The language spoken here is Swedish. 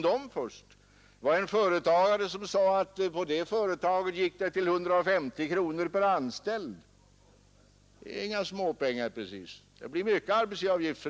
Då gjorde vi en omfördelning av skatterna på 4,5 miljarder kronor och den reformen accepterades av folkpartiet.